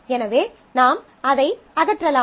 எனவே நாம் அதை அகற்றலாம்